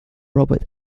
robert